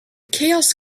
chaos